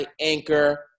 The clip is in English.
Anchor